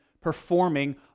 performing